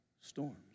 storms